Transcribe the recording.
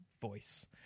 voice